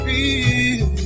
Feel